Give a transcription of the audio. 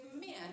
men